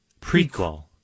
Prequel